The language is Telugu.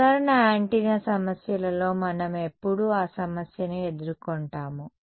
సాధారణ యాంటెన్నా సమస్యలలో మనం ఎప్పుడూ ఆ సమస్యను ఎదుర్కొంటాము